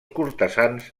cortesans